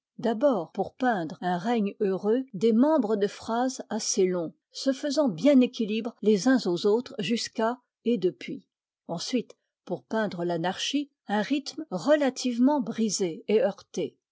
d'abord pour peindre un règne heureux des membres de phrases assez longs se faisant bien équilibre les uns aux autres jusqu'à et depuis ensuite pour peindre l'anarchie un rythme relativement brisé et heurté